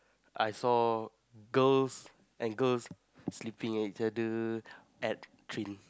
I saw girls and girls sleeping at each other at clean